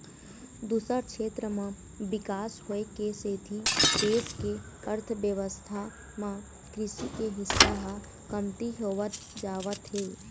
दूसर छेत्र म बिकास होए के सेती देश के अर्थबेवस्था म कृषि के हिस्सा ह कमती होवत जावत हे